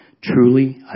Truly